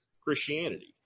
Christianity